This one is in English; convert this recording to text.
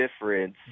difference